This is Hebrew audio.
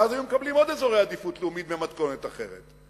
ואז היו מקבלים עוד אזורי עדיפות לאומית במתכונת אחרת.